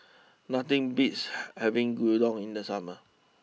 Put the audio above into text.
nothing beats having Gyudon in the summer